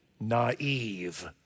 Naive